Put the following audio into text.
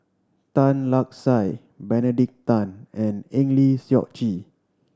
Tan Lark Sye Benedict Tan and Eng Lee Seok Chee